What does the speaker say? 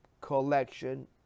collection